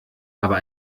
aber